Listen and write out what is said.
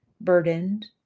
burdened